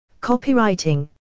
Copywriting